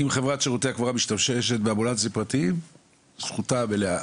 אם חברת שירותי הקבורה משתמשת באמבולנסים הפרטיים זכותה המלאה,